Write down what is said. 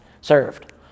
served